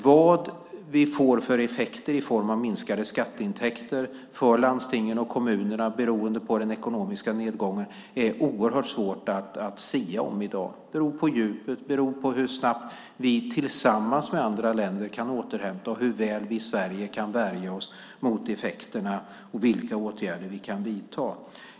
Vad den ekonomiska nedgången får för effekter i form av minskade skatteintäkter för landstingen och kommunerna är oerhört svårt att sia om i dag. Det beror på djupet, på hur snabbt vi tillsammans med andra länder kan återhämta oss, hur väl vi i Sverige kan värja oss mot effekterna och vilka åtgärder vi kan vidta.